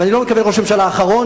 ואני לא מתכוון ראש הממשלה האחרון,